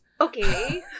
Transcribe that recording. Okay